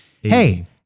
Hey